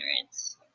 ignorance